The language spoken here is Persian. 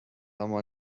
اما